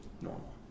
normal